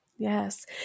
Yes